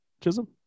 Chisholm